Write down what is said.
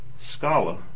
scholar